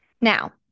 Now